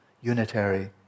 unitary